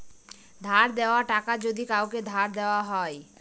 ধার দেওয়া টাকা যদি কাওকে ধার দেওয়া হয়